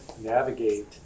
navigate